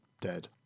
dead